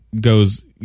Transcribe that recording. goes